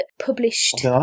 Published